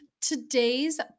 today's